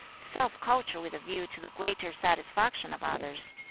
self-culture with a view to the greater satisfaction of others,